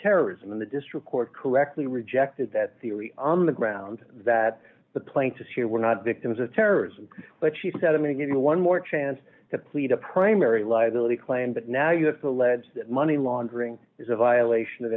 terrorism in the district court correctly rejected that theory on the ground that the plaintiffs here were not victims of terrorism but she said i'm gonna give you one more chance to plead a primary liability claim but now you have to lead that money laundering is a violation of